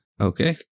Okay